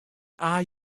are